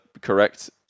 correct